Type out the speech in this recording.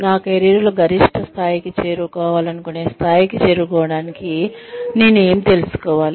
నా కెరీర్లో గరిష్ట స్థాయికి చేరుకోవాలనుకునే స్థాయికి చేరుకోవడానికి నేను ఏమి తెలుసుకోవాలి